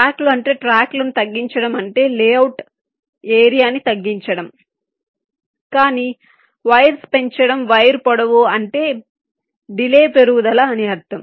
ట్రాక్లు అంటే ట్రాక్లను తగ్గించడం అంటే లేఅవుట్ ఏరియా ని తగ్గించడం కానీ వైర్లు పెంచడం వైర్ పొడవు అంటే డిలే పెరుగుదల అని అర్ధం